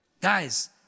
Guys